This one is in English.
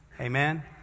Amen